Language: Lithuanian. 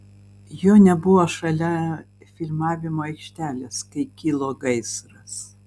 jo nebuvo šalia filmavimo aikštelės kai kilo gaisras